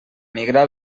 migrar